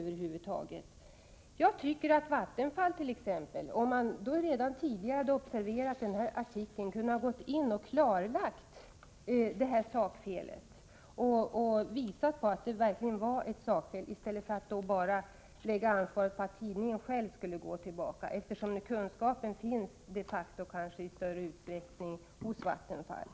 Jag tycker att Vattenfall, där man hade fått kännedom om artikeln, redan tidigare kunde ha pekat på att det var fråga om ett sakfel och tillrättalagt detta i stället för att lägga ansvaret på tidningen att återkomma i frågan. Kunskapen i dessa frågor finns kanske i större utsträckning på Vattenfall.